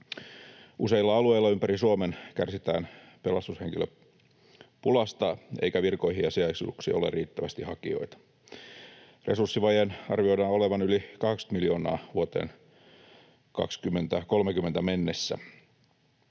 Useilla alueilla ympäri Suomen kärsitään pelastushenkilöpulasta eikä virkoihin ja sijaisuuksiin ole riittävästi hakijoita. Resurssivajeen arvioidaan olevan yli 80 miljoonaa vuoteen 2030 mennessä.